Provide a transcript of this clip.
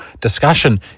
discussion